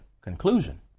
conclusion